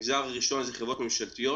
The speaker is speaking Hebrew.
המגזר הראשון הוא חברות ממשלתיות.